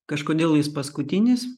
kažkodėl jis paskutinis